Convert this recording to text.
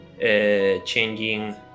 changing